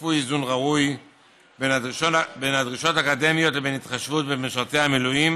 שיקפו איזון ראוי בין הדרישות האקדמיות לבין התחשבות במשרתי המילואים.